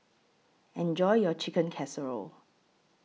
Enjoy your Chicken Casserole